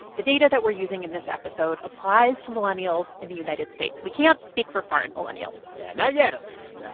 the data that we're using in this episode applies to millennials in the united states. we can't speak for foreign millennials yeah, not yet, at least.